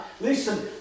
Listen